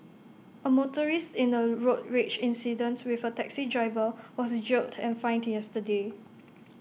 A motorist in A road rage incident with A taxi driver was jailed and fined yesterday